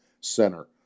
center